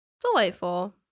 delightful